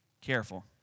careful